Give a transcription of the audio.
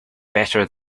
better